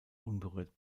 unberührt